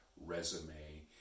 resume